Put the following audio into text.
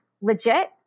legit